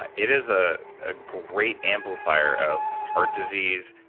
and it is a ah great amplifier of heart disease,